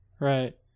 right